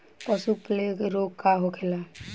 पशु प्लग रोग का होखेला?